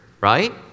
right